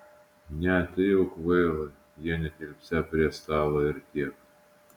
ne tai jau kvaila jie netilpsią prie stalo ir tiek